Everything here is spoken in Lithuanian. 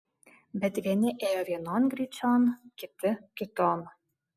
bet vieni ėjo vienon gryčion kiti kiton